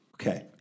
Okay